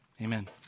amen